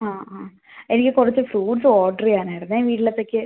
ആ ആ എനിക്ക് കുറച്ച് ഫ്രൂട്ട്സ് ഓർഡർ ചെയ്യാനായിരുന്നേ വീട്ടിലേക്ക്